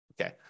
Okay